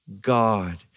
God